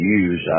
use